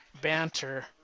banter